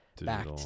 back